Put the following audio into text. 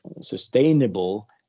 sustainable